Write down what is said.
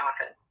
often